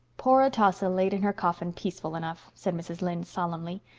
poor atossa laid in her coffin peaceful enough, said mrs. lynde solemnly.